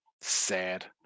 Sad